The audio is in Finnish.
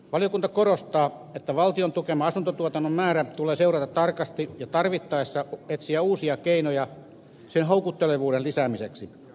valiokunta korostaa että valtion tukeman asuntotuotannon määrää tulee seurata tarkasti ja tarvittaessa etsiä uusia keinoja sen houkuttelevuuden lisäämiseksi